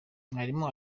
mwarimu